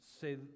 say